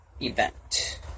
event